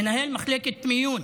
מנהל מחלקת מיון